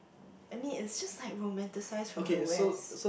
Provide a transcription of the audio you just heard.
I mean it's just like romanticize from the west